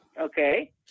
Okay